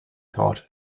taught